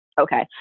Okay